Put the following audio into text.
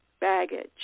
baggage